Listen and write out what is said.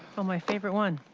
my favorite one.